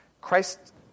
Christ